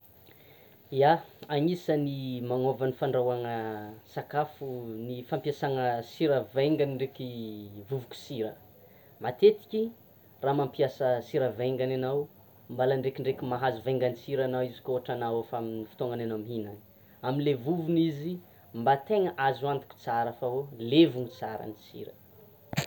Ia! Anisan'ny magnova ny fandrahoana sakafo ny fampiasana sira vaingany ndreky vovoka sira, matetiky raha mampiasa sira vaingany anao mbala ndrekindreky mahazo vaingan-tsira anaoizy koa ohatra anao amin'ny fotoanany anao mihinana; amle vovony izy mba tegna azo antoko tsara fa ho, levona tsara ny sira.